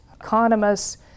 economists